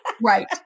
Right